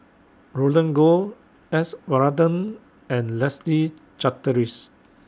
Roland Goh S Varathan and Leslie Charteris